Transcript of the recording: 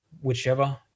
whichever